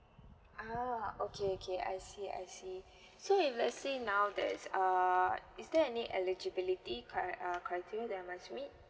ah okay okay I see I see so if let's say now that's err is there any eligibility cri~ uh criteria that I must meet